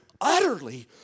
utterly